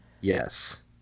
yes